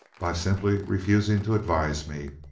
by simply refusing to advise me.